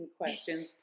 questions